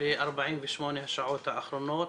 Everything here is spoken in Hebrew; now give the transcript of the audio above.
ב-48 השעות האחרונות.